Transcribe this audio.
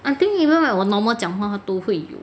I think even when 我 normal 讲话它都会有